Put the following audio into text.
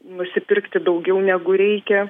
nusipirkti daugiau negu reikia